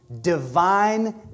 divine